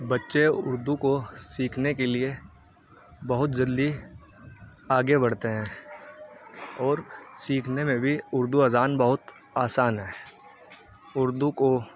بچے اردو کو سیکھنے کے لیے بہت جلدی آگے بڑھتے ہیں اور سیکھنے میں بھی اردو اذان بہت آسان ہے اردو کو